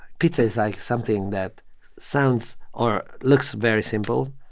pizza is, like, something that sounds or looks very simple.